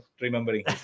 remembering